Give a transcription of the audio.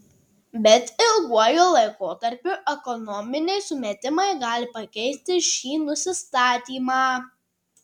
bet ilguoju laikotarpiu ekonominiai sumetimai gali pakeisti šį nusistatymą